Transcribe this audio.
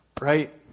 Right